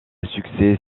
succès